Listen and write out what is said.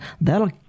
that'll